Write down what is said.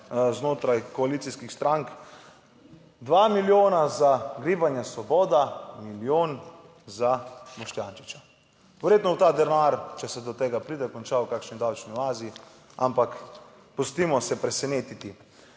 znotraj koalicijskih strank. Dva milijona za Gibanje Svoboda, milijon za Boštjančiča. Verjetno bo ta denar, če se do tega pride, konča v kakšni davčni oazi, ampak pustimo se presenetiti.